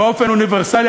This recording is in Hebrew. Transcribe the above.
באופן אוניברסלי,